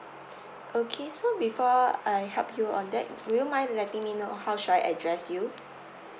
okay so before I help you on that would you mind letting me know how should I address you